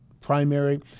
primary